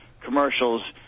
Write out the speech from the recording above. commercials